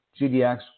GDX